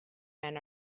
men